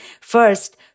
first